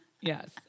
Yes